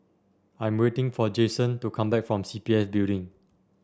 I am waiting for Jayson to come back from C P F Building